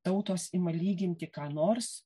tautos ima lyginti ką nors